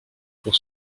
pour